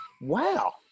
wow